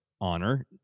honor